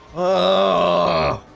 ah